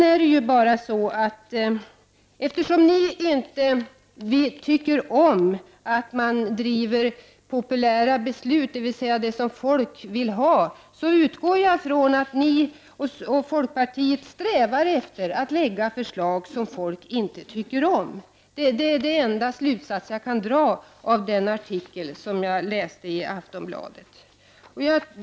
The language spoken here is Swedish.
Eftersom ni inte tycker om att man driver populära åtgärder, dvs. det som folk vill ha, utgår jag från att ni och folkpartiet strävar efter att lägga fram förslag som folk inte tycker om. Det är den enda slutsats jag kan dra av den artikel som jag läste i Aftonbladet.